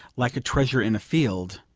like a treasure in a field,